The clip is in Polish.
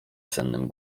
sennym